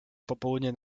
popołudnie